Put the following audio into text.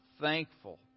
thankful